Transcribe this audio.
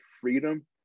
freedom